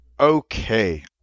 Okay